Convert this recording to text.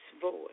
voice